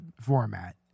format